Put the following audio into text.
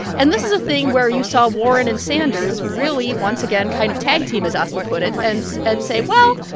and this is a thing where you saw warren and sanders really once again kind of tag team, as asma put it, and so and say, well,